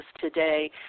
today